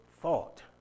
thought